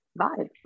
vibe